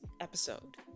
episode